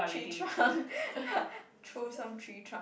tree trunk throw some tree trunk